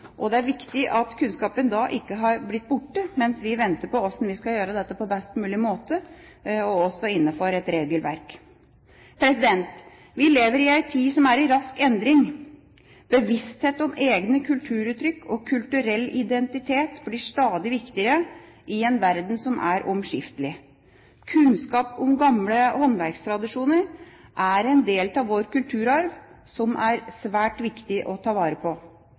og det er viktig at kunnskapen ikke har blitt borte mens vi venter på hvordan vi skal gjøre dette på best mulig måte og innenfor regelverket. Vi lever i en tid som er i rask endring. Bevissthet om egne kulturuttrykk og kulturell identitet blir stadig viktigere i en verden som er omskiftelig. Kunnskap om gamle håndverkstradisjoner er en del av vår kulturarv, som er svært viktig å ta vare på,